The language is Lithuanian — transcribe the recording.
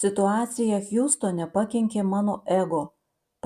situacija hjustone pakenkė mano ego